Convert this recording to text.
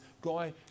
guy